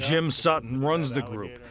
jim sutton runs the group.